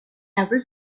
ever